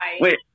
wait